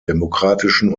demokratischen